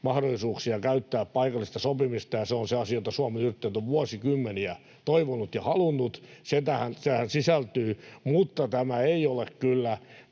mahdollisuuksia käyttää paikallista sopimista, ja se on se asia, jota Suomen Yrittäjät on vuosikymmeniä toivonut ja halunnut. Se tähän sisältyy, mutta tämä ei ole kyllä